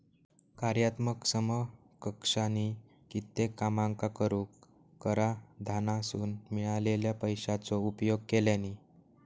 कार्यात्मक समकक्षानी कित्येक कामांका करूक कराधानासून मिळालेल्या पैशाचो उपयोग केल्यानी